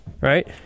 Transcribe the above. right